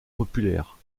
populaire